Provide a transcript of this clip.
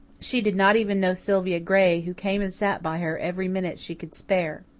she did not even know sylvia gray, who came and sat by her every minute she could spare.